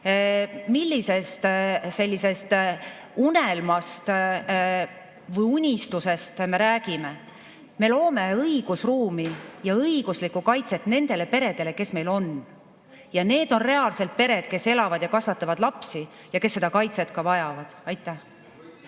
Millisest unelmast või unistusest me räägime?! Me loome õigusruumi ja õiguslikku kaitset nendele peredele, kes meil on. Ja need on reaalsed pered, kes elavad ja kasvatavad lapsi ja kes seda kaitset ka vajavad. Aitäh